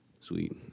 Sweet